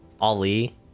Ali